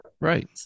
right